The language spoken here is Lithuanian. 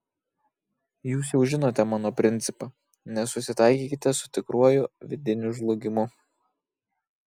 jūs jau žinote mano principą nesusitaikykite su tikruoju vidiniu žlugimu